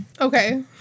Okay